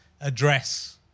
address